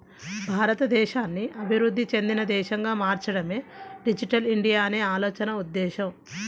భారతదేశాన్ని అభివృద్ధి చెందిన దేశంగా మార్చడమే డిజిటల్ ఇండియా అనే ఆలోచన ఉద్దేశ్యం